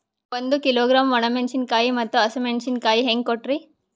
ಒಂದ ಕಿಲೋಗ್ರಾಂ, ಒಣ ಮೇಣಶೀಕಾಯಿ ಮತ್ತ ಹಸಿ ಮೇಣಶೀಕಾಯಿ ಹೆಂಗ ಕೊಟ್ರಿ?